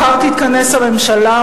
מחר תתכנס הממשלה,